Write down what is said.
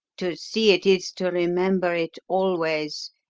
to see it is to remember it always.